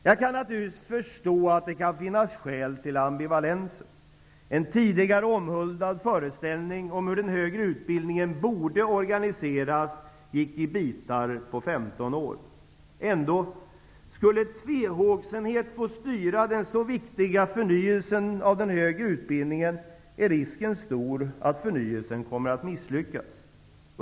Jag kan naturligtvis förstå att det kan finnas skäl till ambivalensen. En tidigare omhuldad föreställning om hur den högre utbildningen borde organiseras gick i bitar på 15 år. Ändå: skulle tvehågsenhet få styra den så viktiga förnyelsen av den högre utbildningen, är risken stor att förnyelsen kommer att misslyckas.